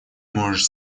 можешь